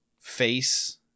face